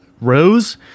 Rose